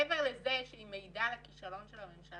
מעבר לזה שהיא מעידה על הכישלון של הממשלה,